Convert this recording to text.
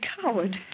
coward